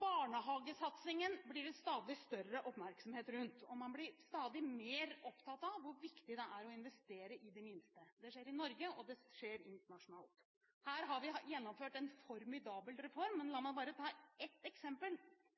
Barnehagesatsingen blir det stadig større oppmerksomhet rundt. En blir stadig mer opptatt av hvor viktig det er å investere i de minste. Det skjer i Norge, og det skjer internasjonalt. Her har vi gjennomført en formidabel reform. La meg bare ta ett eksempel: